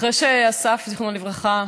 אחרי שנהרג אסף, זיכרונו לברכה,